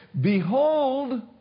Behold